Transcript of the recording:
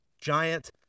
giant